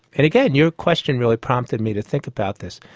and again, your question really prompted me to think about this.